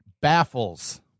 baffles